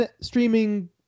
streaming